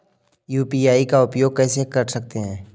UPI का उपयोग कैसे कर सकते हैं?